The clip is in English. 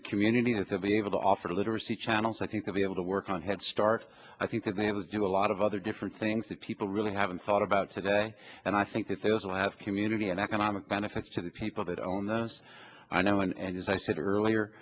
the community has to be able to offer literacy channels i think that be able to work on head start i think that they have to do a lot of other different things that people really haven't thought about today and i think that they will have community and economic benefits to the people that own those i know and as i said earlier